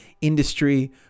industry